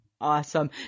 Awesome